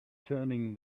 turning